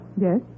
Yes